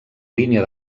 línia